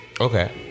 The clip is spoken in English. Okay